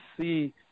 see